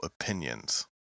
opinions